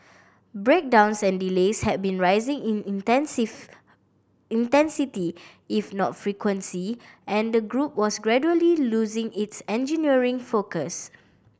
breakdowns and delays had been rising in intensits intensity if not frequency and the group was gradually losing its engineering focus